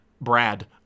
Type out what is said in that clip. Brad